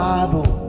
Bible